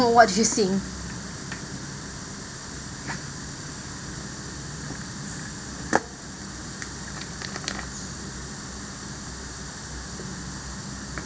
so what do you think